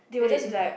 then they